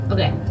Okay